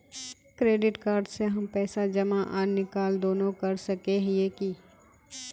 Credit card से हम पैसा जमा आर निकाल दोनों कर सके हिये की?